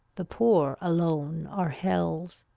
the poor alone are hell's.